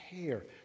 care